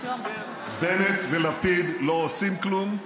בנט ולפיד לא עושים כלום,